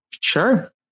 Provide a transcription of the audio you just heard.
sure